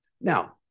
Now